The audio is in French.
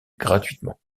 gratuitement